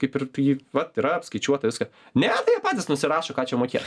kaip ir vat yra apskaičiuota viską ne tai patys nusirašo ką čia mokėt